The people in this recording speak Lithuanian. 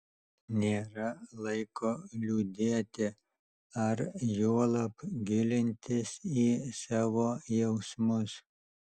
nėra laiko liūdėti ar juolab gilintis į savo jausmus